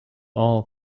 all